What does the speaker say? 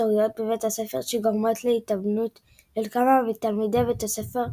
מסתוריות בבית הספר שגורמות להתאבנות של כמה מתלמידי בית ספר,